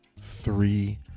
three